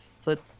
flip